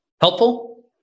helpful